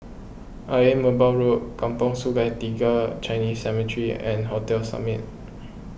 Ayer Merbau Road Kampong Sungai Tiga Chinese Cemetery and Hotel Summit